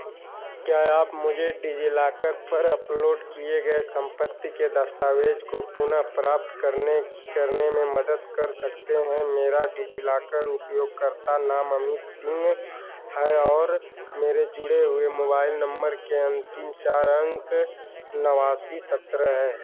क्या आप मुझे डिजिलॉकर पर अपलोड किए गए संपत्ति के दस्तावेज़ को पुनः प्राप्त करने करने में मदद कर सकते हैं मेरा डिजिलॉकर उपयोगकर्ता नाम अमित सिंह है और मेरे जुड़े हुए मोबाइल नम्बर के अंतिम चार अंक नवासी सत्रह है